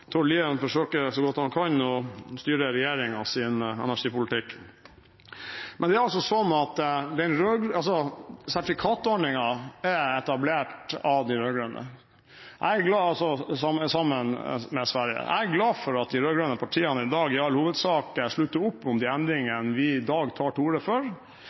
Tord Lien forsøker så godt han kan å styre regjeringens energipolitikk. Men det er altså sånn at sertifikatordningen er etablert av de rød-grønne, sammen med Sverige. Jeg er glad for at de rød-grønne partiene i all hovedsak slutter opp om de endringene vi i dag tar til orde for.